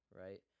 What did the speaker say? right